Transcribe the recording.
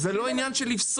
זה לא עניין של לפסול.